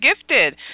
Gifted